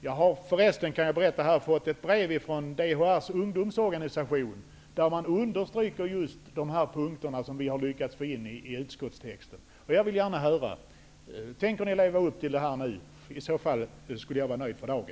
Jag kan berätta att jag har fått ett brev från DHR:s ungdomsorganisation, där man understryker just de punkter som vi har lyckats få in i utskottstexten. Jag vill gärna höra om ni tänker leva upp till detta nu. I så fall skulle jag för dagen vara nöjd.